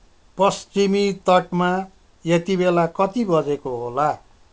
पश्चिमी तटमा यतिबेला कति बजेको होला